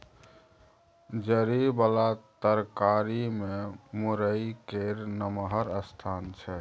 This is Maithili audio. जरि बला तरकारी मे मूरइ केर नमहर स्थान छै